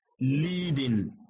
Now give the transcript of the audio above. leading